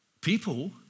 People